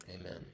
Amen